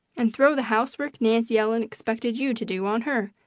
and throw the housework nancy ellen expected you to do on her,